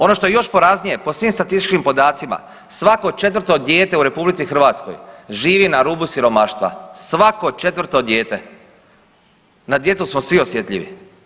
Ono što je još poraznije po svim statističkim podacima svako 4. dijete u RH živi na rubu siromaštva, svako 4. dijete, na djecu smo svi osjetljivi.